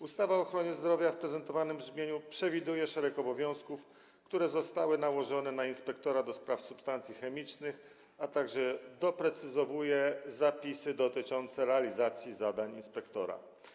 Ustawa o ochronie zdrowia w prezentowanym brzmieniu przewiduje szereg obowiązków, które zostały nałożone na inspektora do spraw substancji chemicznych, a także doprecyzowuje zapisy dotyczące realizacji zadań inspektora.